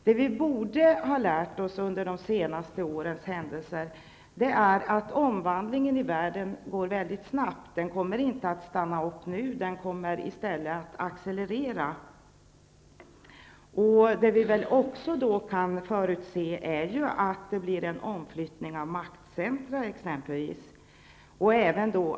Det som vi borde ha lärt oss under de senaste årens händelser är att omvandlingen i världen går mycket snabbt. Den kommer inte att stanna upp nu, utan den kommer i stället att accelerera. Det som vi då också kan förutse är att det blir en omflyttning av exempelvis maktcentrumen.